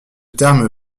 terme